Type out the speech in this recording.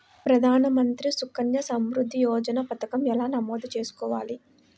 ప్రధాన మంత్రి సుకన్య సంవృద్ధి యోజన పథకం ఎలా నమోదు చేసుకోవాలీ?